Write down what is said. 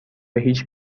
هیچ